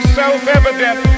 self-evident